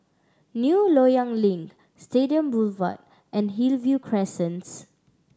New Loyang Link Stadium Boulevard and Hillview Crescents